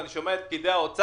ואני שומע את פקידי האוצר,